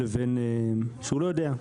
מידע שהוא לא יודע.